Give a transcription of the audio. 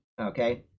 okay